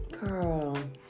Girl